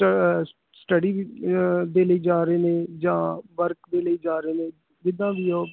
study ਦੇ ਲਈ ਜਾ ਰਹੇ ਨੇ ਜਾਂ ਵਰਕ ਦੇ ਲਈ ਜਾ ਰਹੇ ਨੇ ਜਿੱਦਾਂ ਵੀ ਉਹ